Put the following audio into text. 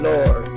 Lord